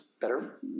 better